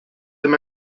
them